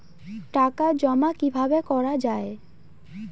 টাকা জমা কিভাবে করা য়ায়?